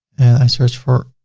i search for